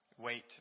wait